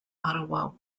ottawa